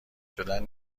شدن